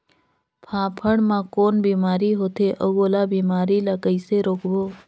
फाफण मा कौन बीमारी होथे अउ ओला बीमारी ला कइसे रोकबो?